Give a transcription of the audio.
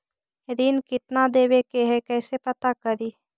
ऋण कितना देवे के है कैसे पता करी?